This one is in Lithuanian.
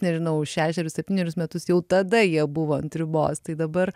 nežinau šešerius septynerius metus jau tada jie buvo ant ribos tai dabar